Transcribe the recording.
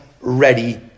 ready